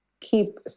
keep